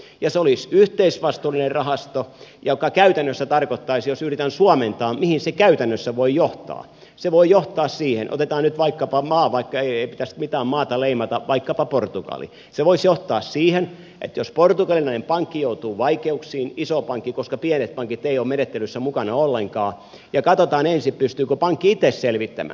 ja se olisi yhteisvastuullinen rahasto joka käytännössä tarkoittaisi jos yritän suomentaa mihin se käytännössä voi johtaa otetaan nyt vaikkapa portugali vaikka ei pitäisi mitään maata leimata se voisi johtaa siihen että jos portugalilainen pankki iso pankki koska pienet pankit eivät ole menettelyssä mukana ollenkaan joutuu vaikeuksiin katsotaan ensin pystyykö pankki itse selvittämään